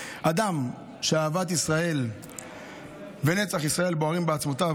אדם שאהבת ישראל ונצח ישראל בוערים בעצמותיו,